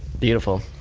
beautiful,